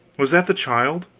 was that the child.